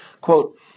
quote